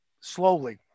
slowly